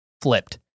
flipped